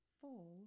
full